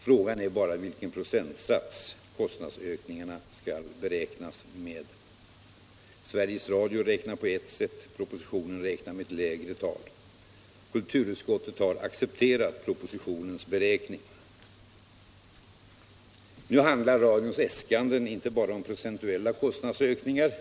Frågan är bara vilken procentsats kostnadsökningarna skall beräknas efter. Sveriges Radio räknar på ett sätt, propositionen räknar med ett lägre tal. Kulturutskottet har accepterat propositionens beräkning. Nu handlar radions äskanden inte bara om procentuella kostnadsökningar.